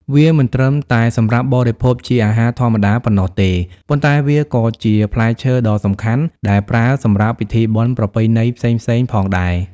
វាមិនត្រឹមតែសម្រាប់បរិភោគជាអាហារធម្មតាប៉ុណ្ណោះទេ ប៉ុន្តែវាក៏ជាផ្លែឈើដ៏សំខាន់ដែលប្រើសម្រាប់ពិធីបុណ្យប្រពៃណីផ្សេងៗផងដែរ។